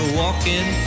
walking